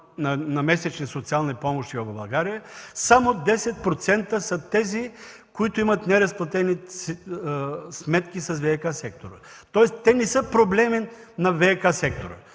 на месечни социални помощи в България, само 10% са тези, които имат неразплатени сметки с ВиК сектора. Тоест, те не са проблем на ВиК сектора.